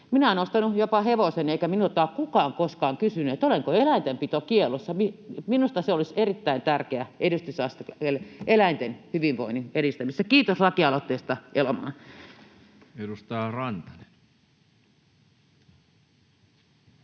Minä olen ostanut jopa hevosen, eikä minulta ole kukaan koskaan kysynyt, olenko eläintenpitokiellossa. Minusta se olisi erittäin tärkeä edistysaskel eläinten hyvinvoinnin edistämisessä. Kiitos lakialoitteesta, Elomaa. [Speech